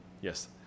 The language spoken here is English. Yes